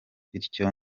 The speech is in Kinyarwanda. bityo